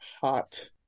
hot –